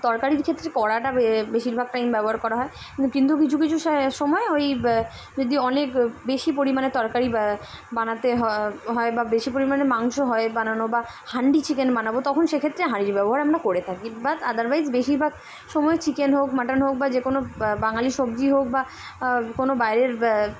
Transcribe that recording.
তরকারির ক্ষেত্রে কাড়াটা বেশিরভাগ টাইম ব্যবহার করা হয় কিন্তু কিন্তু কিছু কিছু সময় ওই যদি অনেক বেশি পরিমাণে তরকারি বানাতে হয় হয় বা বেশি পরিমাণে মাংস হয় বানানো বা হান্ডি চিকেন বানাবো তখন সেক্ষেত্রে হাঁড়ির ব্যবহার আমরা করে থাকি বাাদ আদারওয়াইজ বেশিরভাগ সময় চিকেন হোক মাটন হোক বা যে কোনো বাঙালি সবজি হোক বা কোনো বাইরের